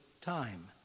time